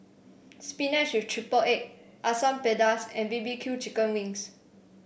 spinach with triple egg Asam Pedas and B B Q Chicken Wings